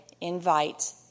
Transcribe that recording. invite